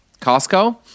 Costco